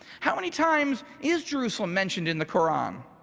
how many times is jerusalem mentioned in the koran?